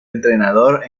entrenador